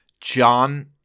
John